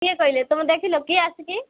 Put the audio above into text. କିଏ କହିଲେ ତୁମେ ଦେଖିଲ କିଏ ଆସିକି